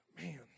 Man